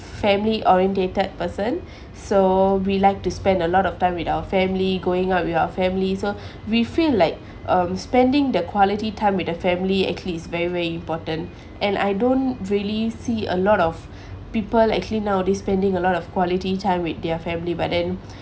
family orientated person so we like to spend a lot of time with our family going out with our family so we feel like um spending the quality time with the family actually is very very important and I don't really see a lot of people actually nowadays spending a lot of quality time with their family but then